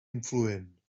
influent